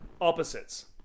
opposites